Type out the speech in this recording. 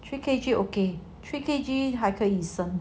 three K_G okay three K_G 还可以生